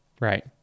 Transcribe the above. Right